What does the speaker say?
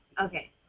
Okay